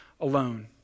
alone